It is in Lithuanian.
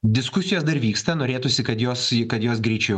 diskusijos dar vyksta norėtųsi kad jos kad jos greičiau